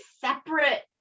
separate